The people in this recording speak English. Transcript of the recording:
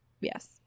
yes